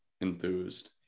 enthused